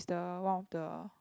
is the one of the